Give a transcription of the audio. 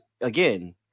again